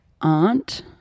aunt